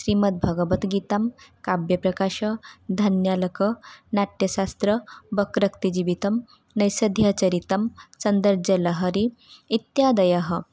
श्रीमद्भगवद्गीता काव्यप्रकाशः धन्यालोकः नाट्यशास्त्रं वक्रोक्तिजीवितं नैषधीयचरितं सौन्दर्यलहरी इत्यादयः